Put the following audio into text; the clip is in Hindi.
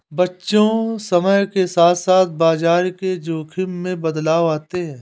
बच्चों समय के साथ साथ बाजार के जोख़िम में बदलाव आते हैं